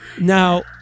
Now